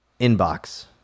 inbox